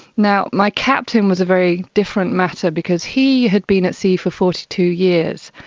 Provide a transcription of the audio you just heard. now, my captain was a very different matter because he had been at sea for forty two years,